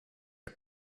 are